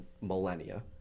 millennia